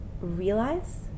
realize